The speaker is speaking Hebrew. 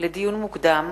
לדיון מוקדם: